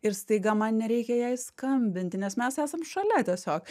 ir staiga man nereikia jai skambinti nes mes esam šalia tiesiog